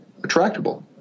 attractable